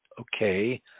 okay